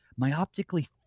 myoptically